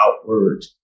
outward